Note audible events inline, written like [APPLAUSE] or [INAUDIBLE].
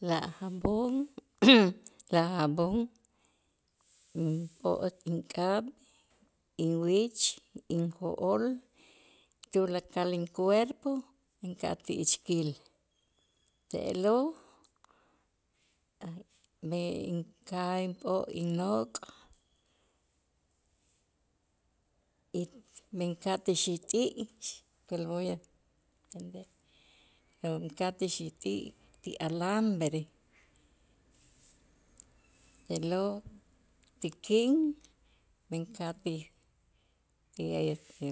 La jabon [NOISE] la jabón inp'o' ink'ab', inwich, injo'ol tulakal incuerpo inka'aj ti ichkil te'lo' a' b'el inka'aj inp'o' innok' it men ka'aj ti xit'i' que lo voy a tender inka'aj ti xit'i' ti alambre te'lo' ti k'in men ka'aj ti ti este